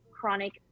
chronic